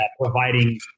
providing